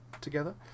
together